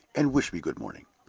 and wish me good-morning.